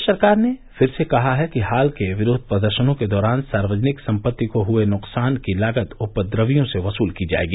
प्रदेश सरकार ने फिर कहा है कि हाल के विरोध प्रदर्शनों के दौरान सार्वजनिक संपत्ति को हुए नुकसान की लागत उपद्रवियों से वसुल की जाएगी